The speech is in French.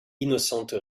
innocente